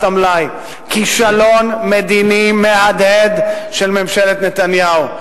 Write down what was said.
המלאי: כישלון מדיני מהדהד של ממשלת נתניהו,